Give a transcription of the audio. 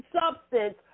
substance